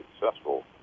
successful